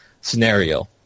scenario